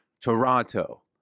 Toronto